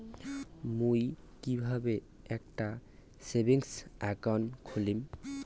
মুই কিভাবে একটা সেভিংস অ্যাকাউন্ট খুলিম?